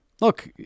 look